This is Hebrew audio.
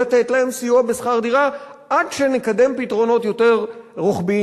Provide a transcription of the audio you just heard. לתת להם סיוע בשכר דירה עד שנקדם פתרונות יותר רוחביים.